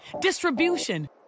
distribution